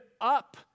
up